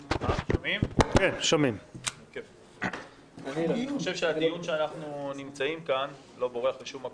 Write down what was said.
אני חושב שהדיון שאנחנו נמצאים בו לא בורח לשום מקום,